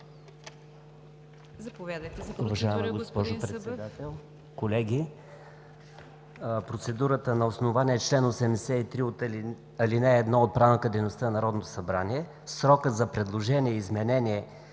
Заповядайте за процедура, господин Иванов.